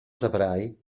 saprai